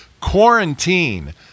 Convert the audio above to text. quarantine